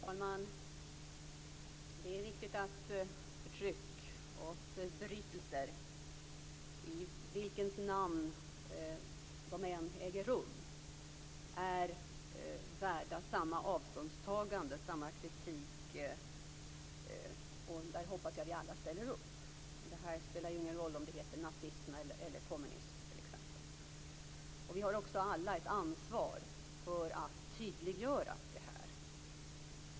Fru talman! Det är riktigt att förtryck och förbrytelser i vilket namn de än äger rum är värda samma avståndstagande, samma kritik. Det hoppas jag att vi alla ställer upp på. Det spelar ingen roll om det t.ex. heter nazism eller kommunism. Vi har också alla ett ansvar för att tydliggöra det här.